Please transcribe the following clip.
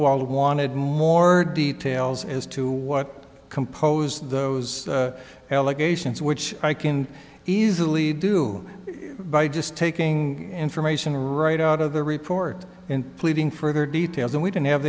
buchwald wanted more details as to what compose those allegations which i can easily do by just taking information right out of the report and pleading further details and we don't have